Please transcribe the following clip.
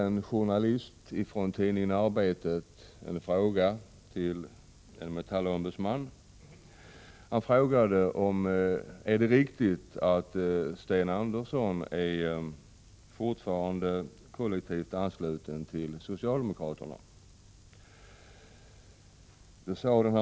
En journalist från tidningen Arbetet ställde denna fråga till en Metallombudsman: Är det riktigt att Sten Andersson fortfarande är kollektivt ansluten till socialdemokraterna?